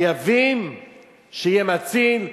חייבים שיהיה מציל,